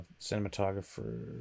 cinematographer